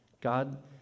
God